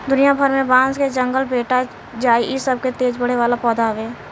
दुनिया भर में बांस के जंगल भेटा जाइ इ सबसे तेज बढ़े वाला पौधा हवे